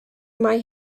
mae